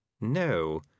No